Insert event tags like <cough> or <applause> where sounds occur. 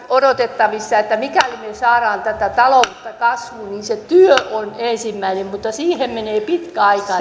odotettavissa mikäli me saamme tätä taloutta kasvuun niin se työ on ensimmäinen mutta siihen menee pitkä aika <unintelligible>